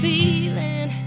Feeling